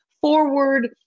forward